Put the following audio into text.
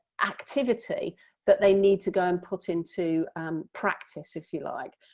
activity that they need to go and put into practice, if you like,